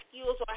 skills